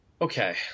Okay